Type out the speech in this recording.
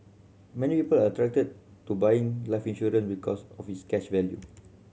many are attracted to buying life insurance because of its cash value